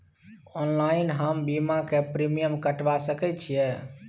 Online हम बीमा के प्रीमियम कटवा सके छिए?